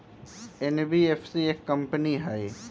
NBFC एक company हई?